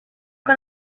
con